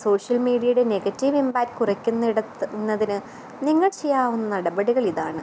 social മീഡ്യേടെ negative impact കുറക്കു ന്നതിന് നിങ്ങൾ ചെയ്യാവുന്ന നടപടികളിതാണ്